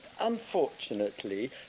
unfortunately